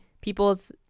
people's